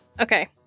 Okay